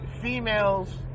females